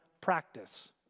practice